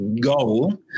goal